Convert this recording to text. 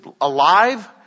alive